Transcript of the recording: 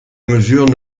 mesure